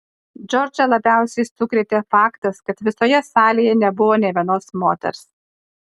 džordžą labiausiai sukrėtė faktas kad visoje salėje nebuvo nė vienos moters